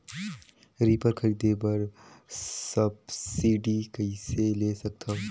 Reaper खरीदे बर subsidy कइसे ले सकथव?